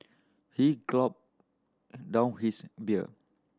he gulped down his beer